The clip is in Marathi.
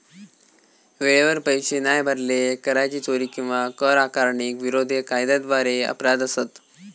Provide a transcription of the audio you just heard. वेळेवर पैशे नाय भरले, कराची चोरी किंवा कर आकारणीक विरोध हे कायद्याद्वारे अपराध असत